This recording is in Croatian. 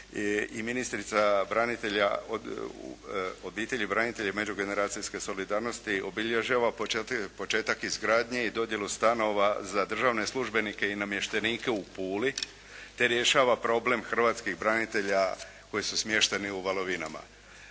ministrica obitelji, branitelja i međugeneracijske solidarnosti obilježava početak izgradnje i dodjelu stanova za državne službenike i namještenike u Puli te rješava problem hrvatskih branitelja koji su smješteni u Valovinama.